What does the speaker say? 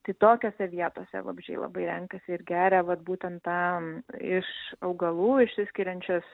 tai tokiose vietose vabzdžiai labai renkasi ir geria vat būtent tą iš augalų išsiskiriančias